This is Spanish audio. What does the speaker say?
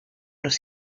los